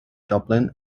dublin